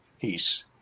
peace